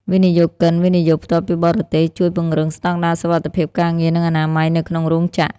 វិនិយោគិន វិនិយោគផ្ទាល់ពីបរទេស ជួយពង្រឹងស្ដង់ដារសុវត្ថិភាពការងារ និងអនាម័យនៅក្នុងរោងចក្រ។